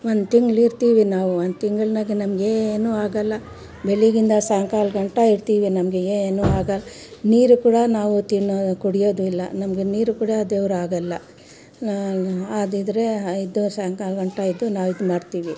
ಒಂದು ತಿಂಗಳಿರ್ತಿವಿ ನಾವು ಒಂದು ತಿಂಗಳಿನಾಗೆ ನಮಗೇನು ಆಗಲ್ಲ ಬೆಳಗಿಂದ ಸಾಯಂಕಾಲ ಗಂಟ ಇರ್ತೀವಿ ನಮಗೆ ಏನೂ ಆಗಲ್ಲ ನೀರು ಕೂಡ ನಾವು ತಿನ್ನೋ ಕುಡಿಯೋದು ಇಲ್ಲ ನಮಗೆ ನೀರು ಕೂಡ ದೇವ್ರು ಆಗಲ್ಲ ಅದು ಇದ್ದರೆ ಇದು ಸಾಯಂಕಾಲ ಗಂಟ ಇದ್ದು ನಾವು ಇದ್ಮಾಡ್ತೀವಿ